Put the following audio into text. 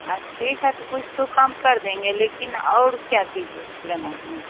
अच्छा ठीक है तो कुछ तो कम कर देंगे लेकिन और क्या चीज़ लेना है